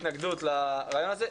את התנגדות לרעיון הזה.